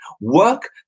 work